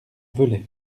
velay